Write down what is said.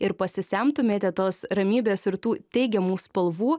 ir pasisemtumėte tos ramybės ir tų teigiamų spalvų